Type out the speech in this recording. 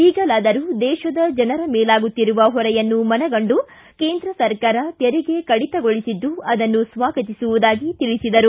ಈಗಲಾದರೂ ದೇಶದ ಜನರ ಮೇಲಾಗುತ್ತಿರುವ ಹೊರೆಯನ್ನು ಮನಗಂಡು ಕೇಂದ್ರ ಸರ್ಕಾರ ತೆರಿಗೆ ಕಡಿತಗೊಳಿಸಿದ್ದು ಅದನ್ನು ಸ್ವಾಗತಿಸುವುದಾಗಿ ತಿಳಿಸಿದರು